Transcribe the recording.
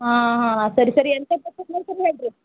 ಆಂ ಹಾಂ ಹಾಂ ಸರಿ ಸರಿ ಎಂತ ಇನ್ನೊಂದು ಸಾರಿ ಹೇಳಿರಿ